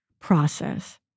process